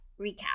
recap